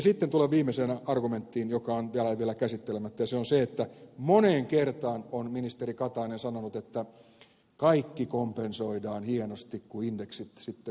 sitten tulen viimeisenä argumenttiin joka on vielä käsittelemättä ja se on se että moneen kertaan on ministeri katainen sanonut että kaikki kompensoidaan hienosti kun indeksit sitten hyvittävät nämä asiat